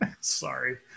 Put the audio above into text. sorry